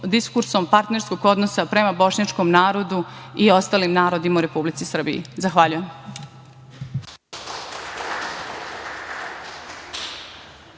partnerskog odnosa prema bošnjačkom narodu i ostalim narodima u Republici Srbiji. Zahvaljujem.